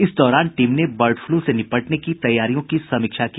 इस दौरान टीम ने बर्ड फ्लू से निपटने की तैयारियों की समीक्षा की